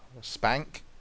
Spank